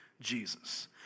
Jesus